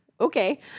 Okay